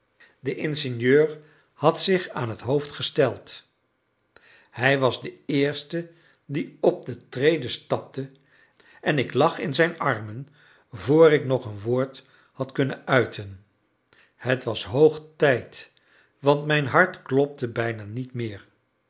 de ingenieur had zich aan het hoofd gesteld hij was de eerste die op de trede stapte en ik lag in zijn armen vr ik nog een woord had kunnen uiten het was hoog tijd want mijn hart klopte bijna niet meer